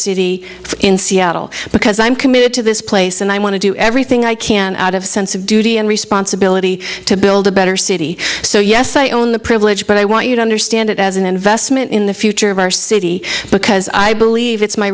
city in seattle because i'm committed to this place and i want to do everything i can out of a sense of duty and responsibility to build a better city so yes i own the privilege but i want you to understand it as an investment in the future of our city because i believe it's my